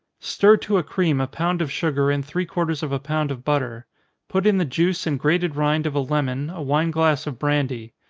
stir to a cream a pound of sugar, and three-quarters of a pound of butter put in the juice and grated rind of a lemon, a wine glass of brandy.